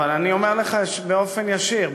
אבל אני אומר לך באופן ישיר,